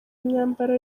imyambaro